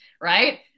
right